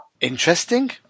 Interesting